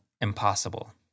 Impossible